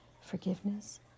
Forgiveness